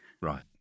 right